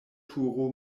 turo